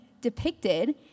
depicted